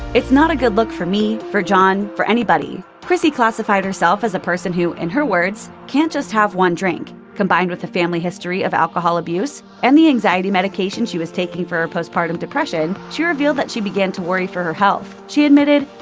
it's not a good look for me, for john, for anybody. chrissy classified herself as a person who, in her words, can't just have one drink. combined with a family history of alcohol abuse and the anxiety medication she was taking for her postpartum depression, she revealed that she began to worry for her health. she admitted,